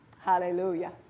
Hallelujah